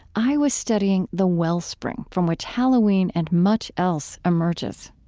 i was studying the wellspring from which halloween, and much else, emerges.